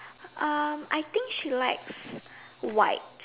um I think she likes white